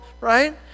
right